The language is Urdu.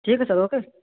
ٹھیک ہے سر اوکے